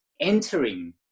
entering